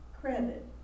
Credit